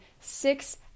six